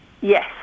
Yes